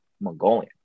Mongolian